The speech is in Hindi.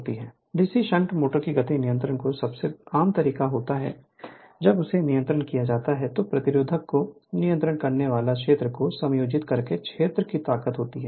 Refer Slide Time 0139 DC shunt motor की गति नियंत्रण का सबसे आम तरीका यह है कि जब इसे नियंत्रित किया जाता है तो प्रतिरोध को नियंत्रित करने वाले क्षेत्र को समायोजित करके क्षेत्र की ताकत होती है